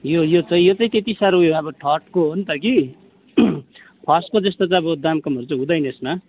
यो यो चाहिँ यो चाहिँ त्यति साह्रो ऊ यो अब थर्डको हो नि त कि फर्स्टको जस्तो चाहिँ अब दामकामहरू चाहिँ हुँदैन यसमा